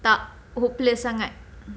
tak hopeless sangat